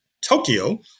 Tokyo